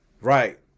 Right